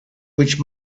which